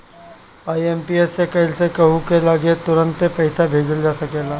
IMPS से कइला से कहू की लगे तुरंते पईसा भेजल जा सकेला